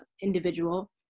individual